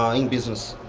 i mean business?